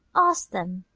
ask them!